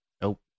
Nope